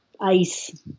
ice